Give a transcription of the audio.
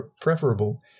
preferable